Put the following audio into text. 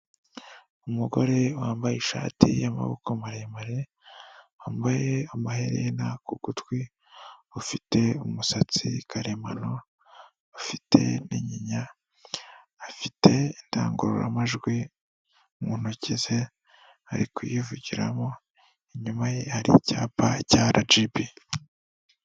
Umugore wambaye ishati y'amaboko maremare, wambaye amaherena ku gutwi, ufite umusatsi karemano, ufite imyinya afite indangururamajwi mu ntoki ze ari kuyivugiramo, inyuma ye hari icyapa cya RGB.